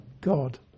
God